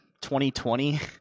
2020